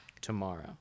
tomorrow